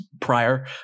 prior